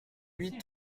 huit